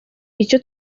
icyo